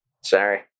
Sorry